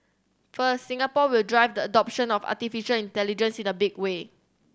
first Singapore will drive the adoption of artificial intelligence in a big way